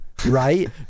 right